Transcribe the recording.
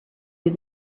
you